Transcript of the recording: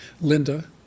Linda